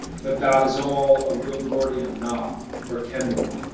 that that is all a real gordian knot for kendall.